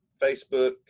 Facebook